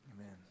Amen